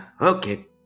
Okay